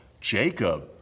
Jacob